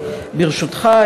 ברשותך,